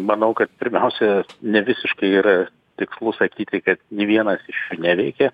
manau kad pirmiausia nevisiškai yra tikslu sakyti kad nė vienas iš jų neveikė